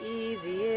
easy